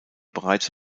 bereits